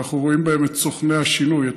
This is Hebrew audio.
שאנחנו רואים בהם את סוכני השינוי,